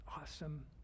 awesome